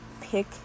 pick